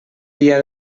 dia